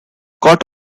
caught